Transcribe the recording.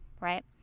right